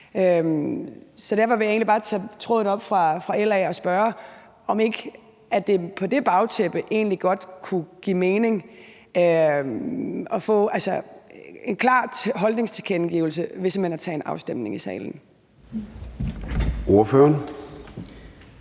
egentlig bare tage tråden op fra LA og spørge, om det egentlig ikke godt på det bagtæppe kunne give mening at få en klar holdningstilkendegivelse ved simpelt hen at tage en afstemning i salen.